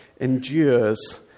endures